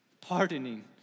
pardoning